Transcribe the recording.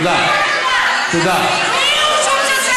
מי הוא שהוא צריך,